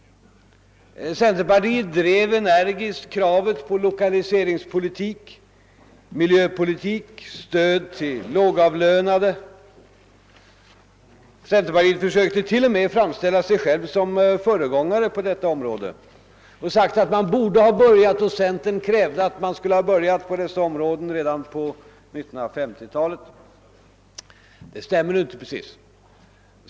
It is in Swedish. Centerpartiet drev energiskt kraven på lokaliseringspolitik, miljöpolitik och stöd till de lågavlönade. Centerpartiet försökte t.o.m. framställa sig som föregångare på dessa områden och framhöll att dess företrädare redan på 1950 talet hade krävt insatser i dessa avseenden. Det stämmer nu inte helt.